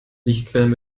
lichtquellen